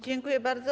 Dziękuję bardzo.